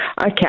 Okay